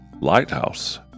lighthouse